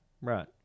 Right